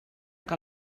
que